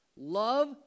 Love